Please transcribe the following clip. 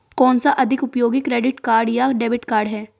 कौनसा अधिक उपयोगी क्रेडिट कार्ड या डेबिट कार्ड है?